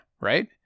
right